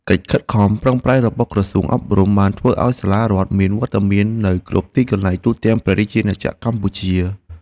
កិច្ចខិតខំប្រឹងប្រែងរបស់ក្រសួងអប់រំបានធ្វើឱ្យសាលារដ្ឋមានវត្តមាននៅគ្រប់ទីកន្លែងទូទាំងព្រះរាជាណាចក្រ។